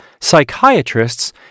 psychiatrists